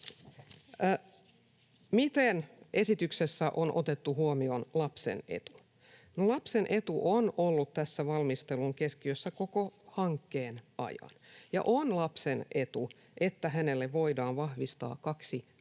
sitten esityksessä on otettu huomioon lapsen etu? Lapsen etu on ollut tässä valmistelun keskiössä koko hankkeen ajan. On lapsen etu, että hänelle voidaan vahvistaa kaksi vanhempaa